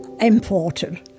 imported